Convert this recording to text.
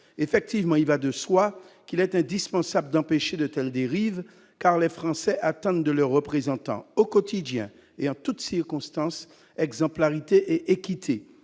présidentielle. Il va de soi qu'il est indispensable d'empêcher de telles dérives, car les Français attendent de leurs représentants, au quotidien et en toute circonstance, exemplarité et équité,